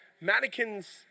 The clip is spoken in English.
Mannequins